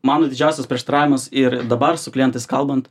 mano didžiausias prieštaravimas ir dabar su klientais kalbant